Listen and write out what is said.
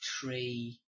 three